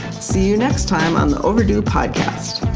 see you next time on the overdue podcast.